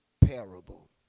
parable